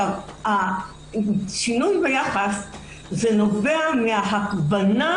השינוי ביחס נובע מן ההבנה